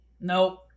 Nope